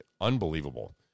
unbelievable